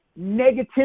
negativity